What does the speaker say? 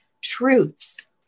truths